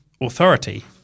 authority